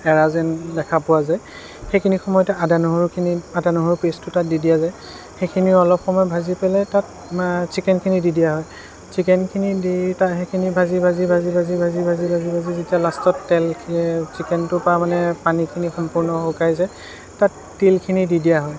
এৰা যেন দেখা পোৱা যায় সেইখিনি সময়তে আদা নহৰুখিনি আদা নহৰু পেষ্টটো তাত দি দিয়া যায় সেইখিনি অলপ সময় ভাজি পেলাই তাত ছিকেনখিনি দি দিয়া হয় ছিকেনখিনি দি সেইখিনি ভাজি ভাজি ভাজি ভাজি ভাজি ভাজি ভাজি ভাজি যেতিয়া লাষ্টত তেল ছিকেনটোৰ পৰা মানে পানীখিনি সম্পূৰ্ণ শুকাই যায় তাত তিলখিনি দি দিয়া হয়